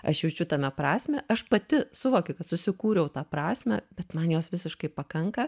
aš jaučiu tame prasmę aš pati suvokiu kad susikūriau tą prasmę bet man jos visiškai pakanka